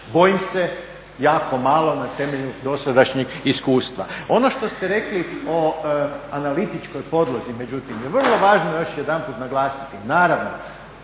Bojim se jako malo na temelju dosadašnjeg iskustva. Ono što ste rekli o analitičkoj podlozi, međutim, je vrlo važno još jedanput naglasiti. Naravno,